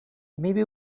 maybe